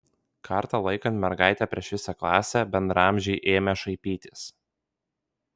kartą laikant mergaitę prieš visą klasę bendraamžiai ėmė šaipytis